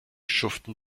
schuften